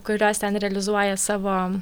kurios ten realizuoja savo